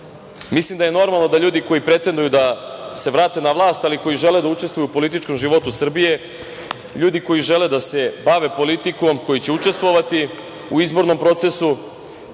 Mislim da je normalno da ljudi koji pretenduju da se vrate na vlast, ali i koji žele da učestvuju u političkom životu Srbije, ljudi koji žele da se bave politikom, koji će učestvovati u izbornom procesu,